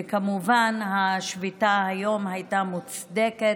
וכמובן, השביתה היום הייתה מוצדקת.